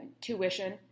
tuition